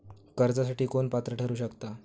कर्जासाठी कोण पात्र ठरु शकता?